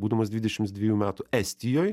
būdamas dvidešimts dvejų metų estijoj